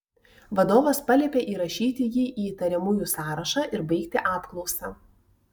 vadovas paliepė įrašyti jį į įtariamųjų sąrašą ir baigti apklausą